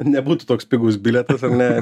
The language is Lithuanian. nebūtų toks pigus bilietas ar ne